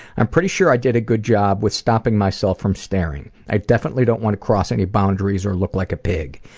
i'm pretty sure i did a good job with stopping myself from staring. i definitely don't want to cross any boundaries or look like a pig.